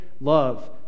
love